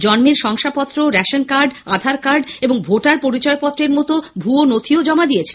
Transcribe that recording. জন্মের শংসাপত্র ration card Aadhaar card এবং ভোটার কার্ডের মতো ভুয়ো নথিও জমা দিয়েছে